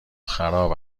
خراب